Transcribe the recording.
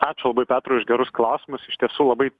ačiū labai petrui už gerus klausimus iš tiesų labai